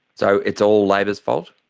so it's all labor's fault?